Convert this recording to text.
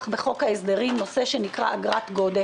בחוק ההסדרים נושא שנקרא אגרת גודש.